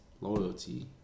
loyalty